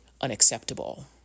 unacceptable